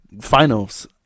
Finals